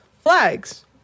flags